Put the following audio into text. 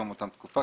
בתום אותה תקופה,